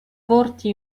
forti